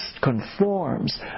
conforms